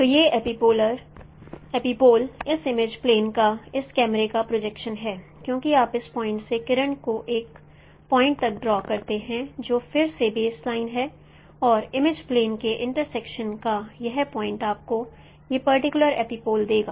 तो ये एपिपोल इस इमेज प्लेन पर इस कैमरे का प्रोजेक्शन है क्योंकि आप इस पॉइंट से किरण को इस पॉइंट तक ड्रॉ करते हैं जो फिर से बेसलाइन है और इमेज प्लेन के इंट्रसेक्शन का यह पॉइंट आपको ये पर्टिकुलर एपिपोल देगा